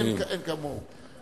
אין כמוהו.